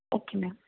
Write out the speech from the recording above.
okay ma'am